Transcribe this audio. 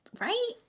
Right